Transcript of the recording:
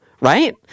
right